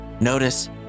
Notice